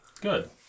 good